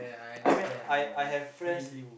I mean I I have friends